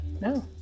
No